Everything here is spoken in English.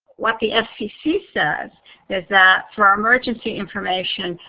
what the ah fcc says is that for emergency information,